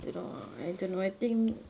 don't know I don't know I think